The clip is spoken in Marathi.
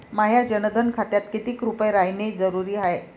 माह्या जनधन खात्यात कितीक रूपे रायने जरुरी हाय?